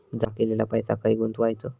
जमा केलेलो पैसो खय गुंतवायचो?